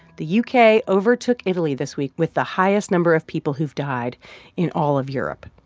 the u k. overtook italy this week with the highest number of people who've died in all of europe.